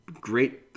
great